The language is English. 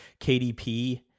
KDP